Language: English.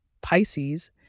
Pisces